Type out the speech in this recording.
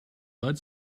bud